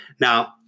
Now